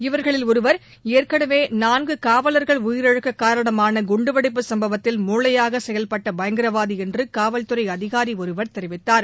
இவர்களில் ஒருவர் ஏற்கனவே நான்கு காவலர்கள் உயிரிழக்க காரணமான குண்டுவெடிப்பு சம்பவத்தில் மூளையாக செயல்பட்ட பயங்கரவாதி என்று காவல்துறை அதிகாரி ஒருவர் தெரிவித்தார்